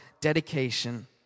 dedication